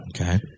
Okay